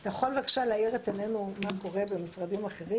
אתה יכול בבקשה להאיר את עינינו מה קורה במשרדים אחרים?